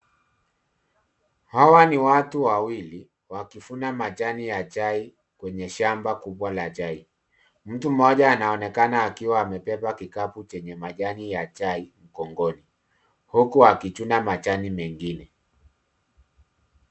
Hawa ni watu wawili wakivuna majani ya chai kwenye shamba kubwa la chai. Mtu mmoja anaonekana akiwa amebeba kikapu chenye majani ya chai mgongoni huku akichuma majani mengine.